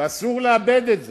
ואסור לאבד את זה.